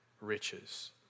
riches